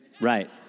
Right